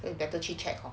better 去 check